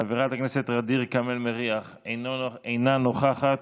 חבר הכנסת ע'דיר כמאל מריח, אינה נוכחת,